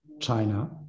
China